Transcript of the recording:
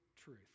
truth